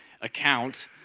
account